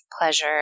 pleasure